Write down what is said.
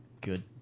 good